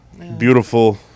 beautiful